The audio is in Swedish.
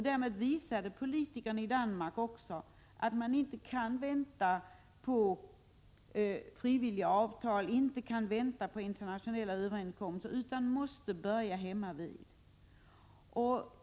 Därmed visade politikerna i Danmark också att man inte kan vänta på frivilliga avtal och på internationella överenskommelser utan måste börja hemmavid.